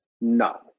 No